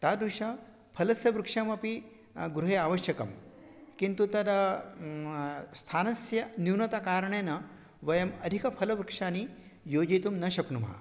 तादृश फलस्य वृक्षमपि गृहे आवश्यकं किन्तु तदा स्थानस्य न्यूनता कारणेन वयम् अधिकफलवृक्षाः योजयितुं न शक्नुमः